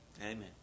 Amen